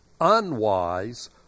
unwise